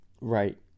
Right